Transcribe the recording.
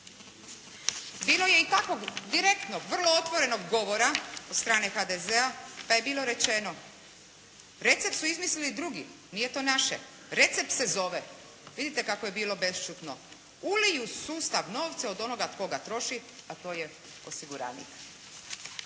Bilo je i takvog direktnog vrlo otvorenog govora od strane HDZ-a pa je bilo rečeno recept su izmislili drugi, nije to naše. Recept se zove. Vidite kako je bilo bešćutno. Ulij u sustav novce od onoga tko ga troši a to je osiguranik.